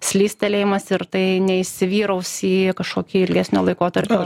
slystelėjimas ir tai neįsivyraus į kažkokį ilgesnio laikotarpio